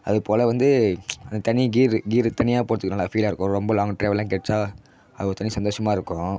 அதுபோல் வந்து அது தனி கீரு கீரு தனியாக போடுறதுக்கு நல்லா ஃபீலாக இருக்கும் ரொம்ப லாங்க் ட்ராவல் எல்லாம் கிடச்சா அது ஒரு தனி சந்தோஸமாக இருக்கும்